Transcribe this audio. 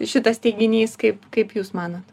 šitas teiginys kaip kaip jūs manote